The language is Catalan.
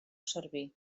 servir